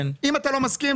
אם אתה לא מסכים,